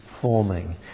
Forming